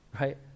right